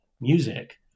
music